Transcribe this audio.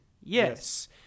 Yes